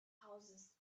houses